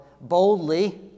boldly